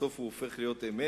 בסוף הוא הופך להיות אמת.